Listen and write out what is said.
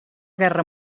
guerra